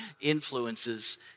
influences